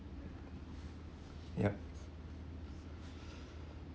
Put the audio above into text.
yup